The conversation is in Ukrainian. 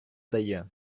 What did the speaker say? дає